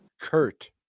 Kurt